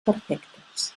perfectes